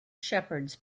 shepherds